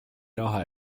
raha